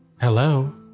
Hello